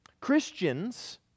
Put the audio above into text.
Christians